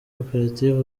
koperative